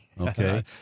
Okay